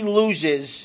loses